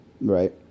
Right